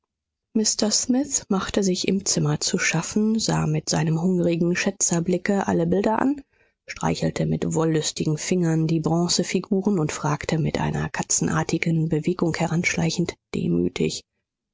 mr smith machte sich im zimmer zu schaffen sah mit seinem hungrigen schätzerblicke alle bilder an streichelte mit wollüstigen fingern die bronzefiguren und fragte mit einer katzenartigen bewegung heranschleichend demütig